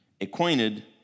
acquainted